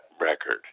record